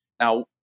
Now